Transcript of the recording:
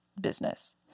business